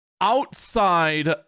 outside